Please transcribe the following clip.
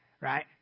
right